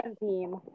team